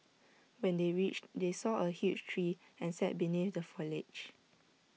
when they reached they saw A huge tree and sat beneath the foliage